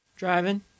driving